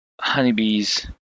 honeybees